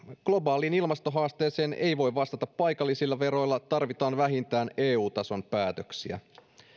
globaaliin ilmastohaasteeseen ei voi vastata paikallisilla veroilla vaan tarvitaan vähintään eu tason päätöksiä